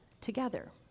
together